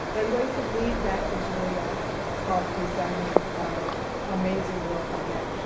but i'm going to leave that to julia park, who's done amazing work on that